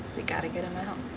we gotta get him out.